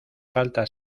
falta